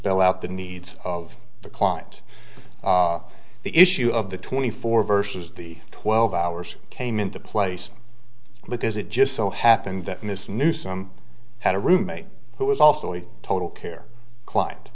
spell out the needs of the client the issue of the twenty four versus the twelve hours came into place because it just so happened that miss newsome had a roommate who was also a total care client